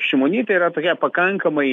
šimonytė yra tokia pakankamai